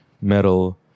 metal